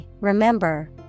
remember